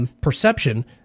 Perception